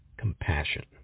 compassion